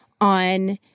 on